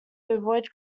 avoid